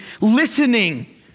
listening